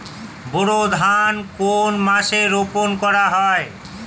বোরো ধান কোন মাসে রোপণ করা হয়?